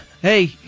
hey